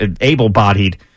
able-bodied